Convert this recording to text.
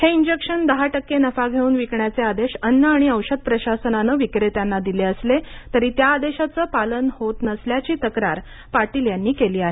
हे इंजेक्शन दहाटक्के नफा घेऊन विकण्याचे आदेश अन्न आणि औषध प्रशासनानं विक्रेत्यांना दिले असले तरी त्या आदेशाचं पालन होत नसल्याची तक्रार पाटील यांनी केली आहे